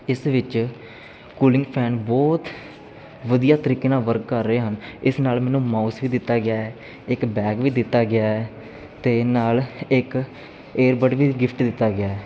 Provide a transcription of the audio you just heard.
ਇਸ ਵਿੱਚ cooling fan ਬਹੁਤ ਵਧੀਆ ਤਰੀਕੇ ਨਾਲ ਵਰਕ ਕਰ ਰਹੇ ਹਨ ਇਸ ਨਾਲ ਮੈਨੂੰ ਮਾਊਸ ਵੀ ਦਿੱਤਾ ਗਿਆ ਹੈ ਇੱਕ ਬੈਗ ਵੀ ਦਿੱਤਾ ਗਿਆ ਹੈ ਅਤੇ ਨਾਲ ਇੱਕ ਏਅਰਬਡ ਗਿਫਟ ਦਿੱਤਾ ਗਿਆ